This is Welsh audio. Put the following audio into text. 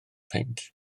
peint